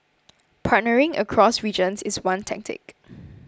partnering across regions is one tactic